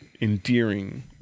endearing